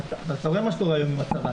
אתה רואה מה קורה היום עם הצבא.